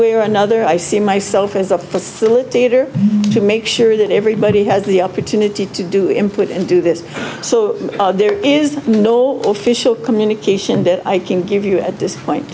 way or another i see myself as a facilitator to make sure that everybody has the opportunity to do input and do this so there is no official communication that i can give you at this point